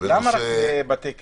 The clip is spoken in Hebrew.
למה רק בתי כנסת?